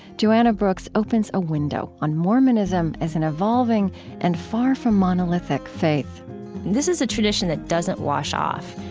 joanna brooks opens a window on mormonism as an evolving and far from monolithic faith this is a tradition that doesn't wash off.